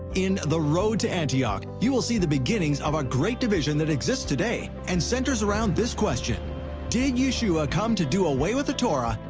in the road to antioch, you will see the beginnings of a great division that exists today and centers around this question did yeshua come to do away with the torah,